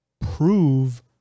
prove